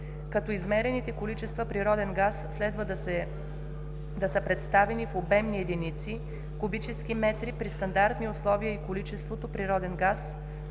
като измерените количества природен газ следва да са представени в обемни единици кубически метри при стандартни условия и количеството природен газ